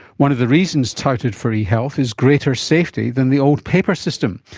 one of the reasons touted for e-health is greater safety than the old paper system.